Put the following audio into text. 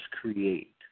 create